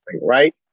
right